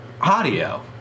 Audio